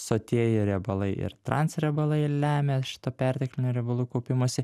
sotieji riebalai ir transriebalai lemia šitą perteklinio riebalų kaupimąsi